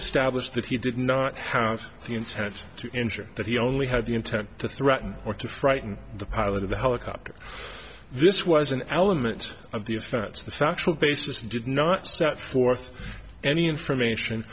established that he did not have the intent to injure that he only had the intent to threaten or to frighten the pilot of the helicopter this was an element of the offense the factual basis did not set forth any information